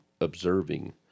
observing